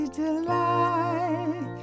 delight